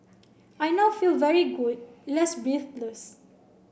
I now feel very good less breathless